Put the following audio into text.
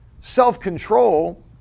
self-control